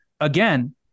Again